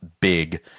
big